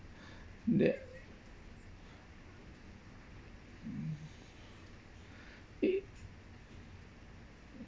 that mm it